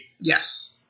Yes